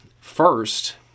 First